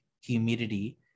humidity